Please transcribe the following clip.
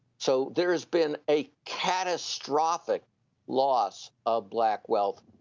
so there has been a catastrophic loss of black wealth,